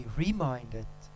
reminded